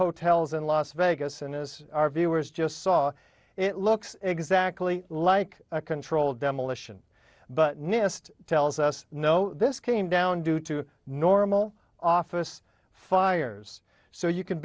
hotels in las vegas and as our viewers just saw it looks exactly like a controlled demolition but nist tells us no this came down due to normal office fires so you can